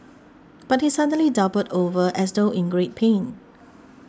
but he suddenly doubled over as though in great pain